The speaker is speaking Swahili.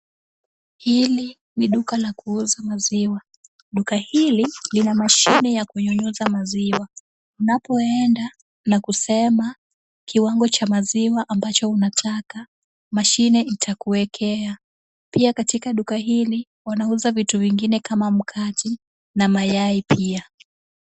Hili ni duka la kuuza maziwa. Duka hili lina mashini ya kunyunyuza maziwa, Unapoenda na kusema kiwango cha maziwa ambacho unataka mashine itakuwekea Pia katika duka hili wanauza vitu vingine kama mkate na mayai pia.